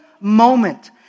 moment